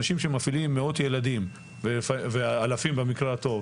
אנשים שמפעילים מאות ילדים ואלפים במקרה הטוב.